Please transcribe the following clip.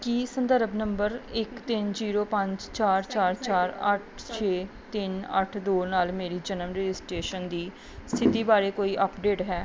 ਕੀ ਸੰਦਰਭ ਨੰਬਰ ਇੱਕ ਤਿੰਨ ਜੀਰੋ ਪੰਜ ਚਾਰ ਚਾਰ ਚਾਰ ਅੱਠ ਛੇ ਤਿੰਨ ਅੱਠ ਦੋ ਨਾਲ ਮੇਰੀ ਜਨਮ ਰਜਿਸਟ੍ਰੇਸ਼ਨ ਦੀ ਸਥਿਤੀ ਬਾਰੇ ਕੋਈ ਅਪਡੇਟ ਹੈ